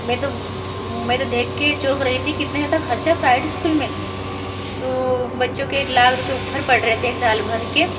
मैं तो मैं तो देख के चौंक रही थी कि इतने ज़्यादा खर्चा प्राइवेट स्कूल में तो बच्चों के एक लाख रूपये ऊपर पड़ रहे थे साल भर के